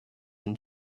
and